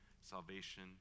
Salvation